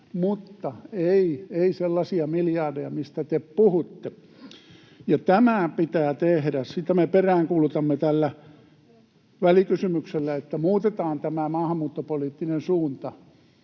mutta ei, ei sellaisia miljardeja, mistä te puhutte, ja tämä pitää tehdä — sitä me peräänkuulutamme tällä välikysymyksellä, että muutetaan, tämä maahanmuuttopoliittinen suunta